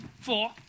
four